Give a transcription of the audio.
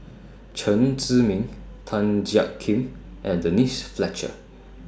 Chen Zhiming Tan Jiak Kim and Denise Fletcher